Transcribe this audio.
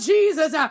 Jesus